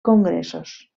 congressos